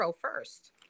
first